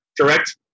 correct